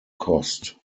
cost